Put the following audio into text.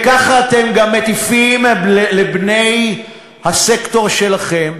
וככה אתם גם מטיפים לבני הסקטור שלכם,